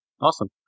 awesome